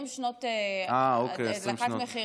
20 שנות אה, אוקיי, 20 שנות.